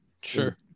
Sure